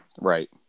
Right